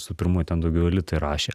su pirmu ten daugiau elitai rašė